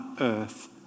earth